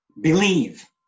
Believe